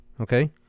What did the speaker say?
Okay